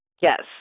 Yes